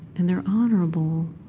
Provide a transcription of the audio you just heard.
and they're honorable.